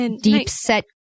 deep-set